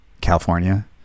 California